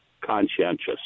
conscientious